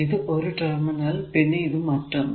ഇത് ഒരു ടെർമിനൽ പിന്നെ ഇത് മറ്റൊന്ന്